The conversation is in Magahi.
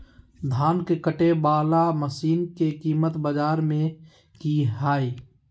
धान के कटे बाला मसीन के कीमत बाजार में की हाय?